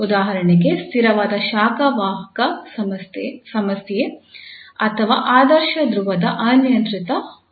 ಉದಾಹರಣೆಗೆ ಸ್ಥಿರವಾದ ಶಾಖ ವಾಹಕ ಸಮಸ್ಯೆ ಅಥವಾ ಆದರ್ಶ ದ್ರವದ ಅನಿಯಂತ್ರಿತ ಹರಿವು